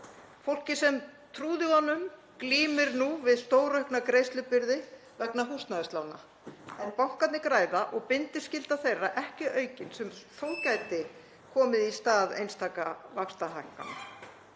Fólkið sem trúði honum glímir nú við stóraukna greiðslubyrði vegna húsnæðislána en bankarnir græða og bindiskylda þeirra er ekki aukin, sem þó gæti komið í stað einstaka vaxtahækkana.